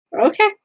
Okay